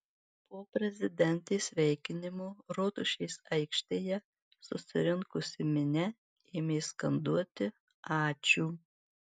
po prezidentės sveikinimo rotušės aikštėje susirinkusi minia ėmė skanduoti ačiū